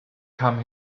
come